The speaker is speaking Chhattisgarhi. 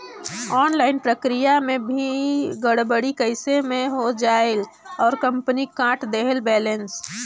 ऑनलाइन प्रक्रिया मे भी गड़बड़ी कइसे मे हो जायेल और कंपनी काट देहेल बैलेंस?